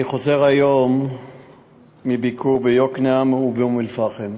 אני חוזר היום מביקור ביוקנעם ובאום-אלפחם,